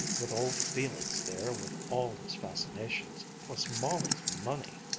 with old felix there with all his fascinations, plus molly's money.